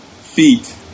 feet